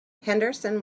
henderson